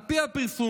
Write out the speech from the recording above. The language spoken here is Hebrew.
על פי הפרסום